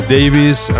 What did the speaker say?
Davis